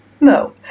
No